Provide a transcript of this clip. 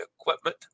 equipment